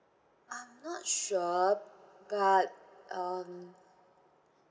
I'm not sure but um